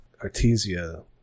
artesia